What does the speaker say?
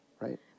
Right